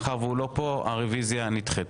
מאחר והוא לא פה, הרוויזיה נדחית.